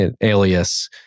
alias